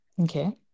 Okay